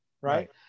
Right